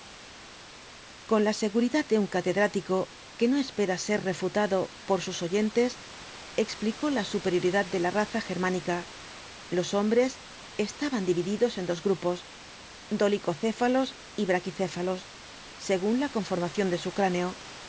con la seguridad de un catedrático que no espera ser refutado por sus oyentes explicó la superioridad de la raza germánica los hombres estaban divididos en dos grupos dolicocéfalos y braquicéfalos según la conformación de su cráneo